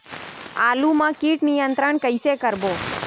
आलू मा कीट नियंत्रण कइसे करबो?